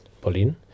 Pauline